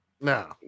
No